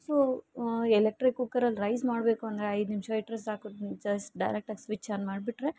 so electric ಕುಕ್ಕರಲ್ಲಿ rice ಮಾಡಬೇಕು ಅಂದರೆ ಐದು ನಿಮಿಷ ಇಟ್ಟರೆ ಸಾಕು ಜಸ್ಟ್ ಡೈರೆಕ್ಟಾಗಿ ಸ್ವಿಚ್ ಆನ್ ಮಾಡಿಬಿಟ್ರೆ